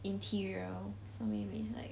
interior so maybe like